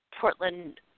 Portland